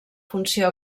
funció